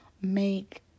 make